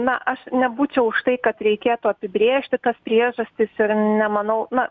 na aš nebūčiau už tai kad reikėtų apibrėžti tas priežastis ir nemanau na